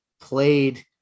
played